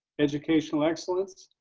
educational excellence,